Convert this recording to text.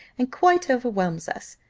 and quite overwhelms us.